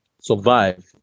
survive